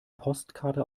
postkarte